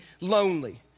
lonely